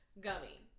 gummy